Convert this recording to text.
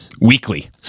weekly